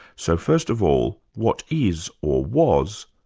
so first of all, what is, or was,